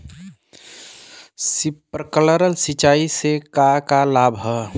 Sprinkler सिंचाई से का का लाभ ह?